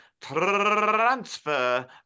transfer